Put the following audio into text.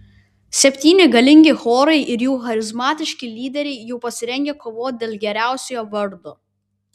septyni galingi chorai ir jų charizmatiški lyderiai jau pasirengę kovoti dėl geriausiojo vardo